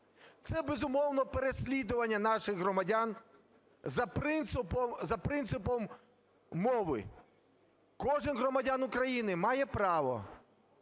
Це, безумовно, переслідування наших громадян за принципом мови. Кожен громадянин України має право